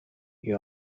you